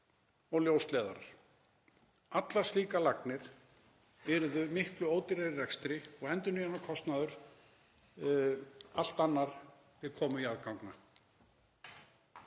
og ljósleiðarar. Allar slíkar lagnir yrðu miklu ódýrari í rekstri og endurnýjunarkostnaður allt annar við komu jarðganga.